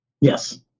Yes